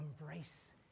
embrace